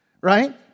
Right